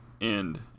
end